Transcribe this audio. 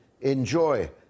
enjoy